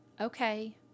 Okay